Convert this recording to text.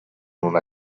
una